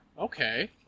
Okay